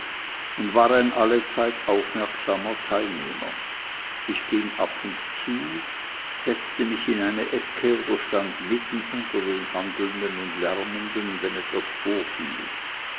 und war ein allezeit aufmerksamer teilnehmer ich ging ab und zu setzte mich in eine ecke oder stand mitten unter den handelnden und lärmenden wenn etwas vorfiel